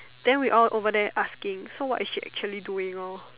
then we all over there asking so what is she actually doing lor